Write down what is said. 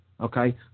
Okay